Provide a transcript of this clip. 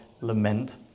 lament